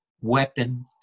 weapon